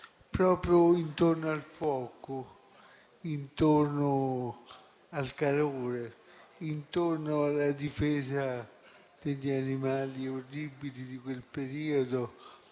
proprio intorno al fuoco, intorno al calore, intorno alla difesa dagli animali orribili di quel periodo.